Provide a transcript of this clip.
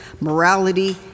morality